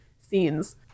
scenes